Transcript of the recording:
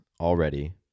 already